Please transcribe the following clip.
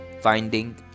finding